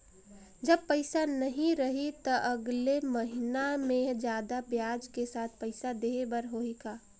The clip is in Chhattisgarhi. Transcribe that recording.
जब पइसा नहीं रही तो अगले महीना मे जादा ब्याज के साथ पइसा देहे बर होहि का?